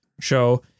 show